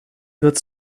wird